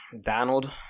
Donald